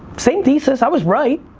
same thesis i was right.